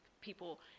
people